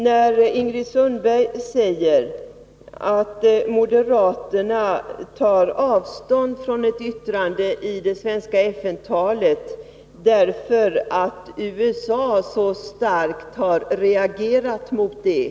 Hon säger att moderaterna tar avstånd från ett yttrande i det svenska FN-talet, därför att USA så starkt har reagerat mot det.